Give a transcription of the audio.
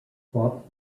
fought